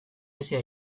hezi